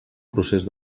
procés